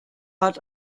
hat